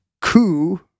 coup